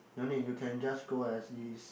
no need you can just go as is